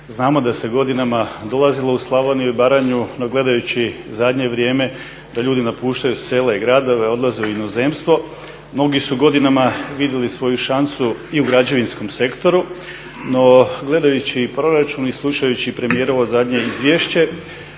Znamo da se godinama dolazilo u Slavoniju i Baranju, no gledajući zadnje vrijeme da ljudi napuštaju sela i gradove, odlaze u inozemstvo, mnogi su godinama vidjeli svoju šansu i u građevinskom sektoru, no gledajući proračun i slušajući premijerovo zadnje izvješće